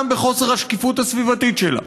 גם בחוסר השקיפות הסביבתית שלה.